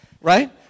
right